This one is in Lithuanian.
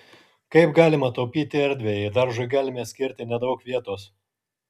kaip galima taupyti erdvę jei daržui galime skirti nedaug vietos